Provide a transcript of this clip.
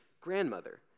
grandmother